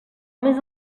més